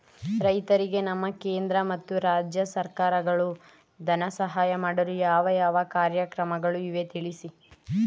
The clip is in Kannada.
ರೈತರಿಗೆ ನಮ್ಮ ಕೇಂದ್ರ ಮತ್ತು ರಾಜ್ಯ ಸರ್ಕಾರಗಳು ಧನ ಸಹಾಯ ಮಾಡಲು ಯಾವ ಯಾವ ಕಾರ್ಯಕ್ರಮಗಳು ಇವೆ ತಿಳಿಸಿ?